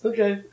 Okay